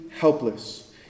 helpless